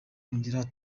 yongeraho